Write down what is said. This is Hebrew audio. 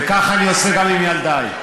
וכך אני עושה גם עם ילדיי.